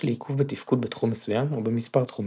לעיכוב בתפקוד בתחום מסוים או במספר תחומים.